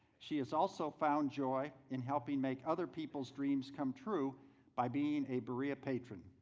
she has also found joy in helping make other people's dreams come true by being a berea patron.